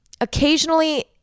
occasionally